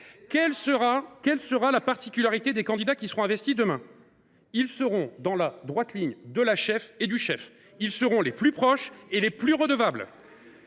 Quelle sera la particularité des candidats qui seront investis demain ? Ils seront dans la droite ligne du ou de la cheffe de parti, ils en seront plus proches et d’autant plus redevables.